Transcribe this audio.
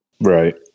Right